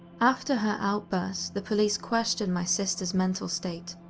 after her outburst, the police questioned my sister's mental state.